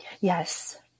Yes